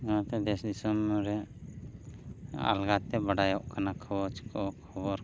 ᱱᱚᱣᱟᱛᱮ ᱫᱮᱥ ᱫᱤᱥᱚᱢ ᱨᱮᱭᱟᱜ ᱟᱞᱜᱟ ᱛᱮ ᱵᱟᱰᱟᱭᱚᱜ ᱠᱟᱱᱟ ᱠᱷᱚᱡᱽ ᱠᱚ ᱠᱷᱚᱵᱚᱨ ᱠᱚ